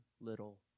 little